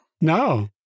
No